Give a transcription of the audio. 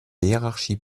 hiérarchie